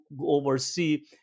oversee